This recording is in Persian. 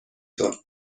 طور